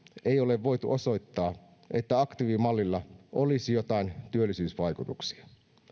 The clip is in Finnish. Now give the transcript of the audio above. ei ole voitu osoittaa että aktiivimallilla olisi joitain työllisyysvaikutuksia